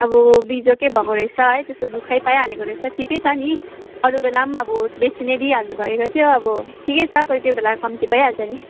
अब बिजोगकै भएको रहेछ है त्यस्तो दुःखै पाइहालेको रहेछ ठिकै छ नि अरू बेला पनि अब बेसी नै दिइहाल्नु भएको थियो अब ठिकै छ कोही कोही बेला कम्ती भइहाल्छ नि